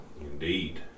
Indeed